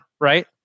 right